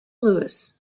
louis